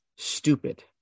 stupid